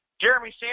Jeremy